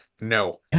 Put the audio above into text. no